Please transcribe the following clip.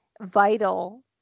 vital